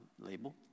label